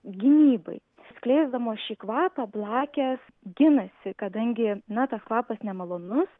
gynybai skleisdamos šį kvapą blakės ginasi kadangi na tas kvapas nemalonus